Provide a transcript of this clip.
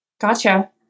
Gotcha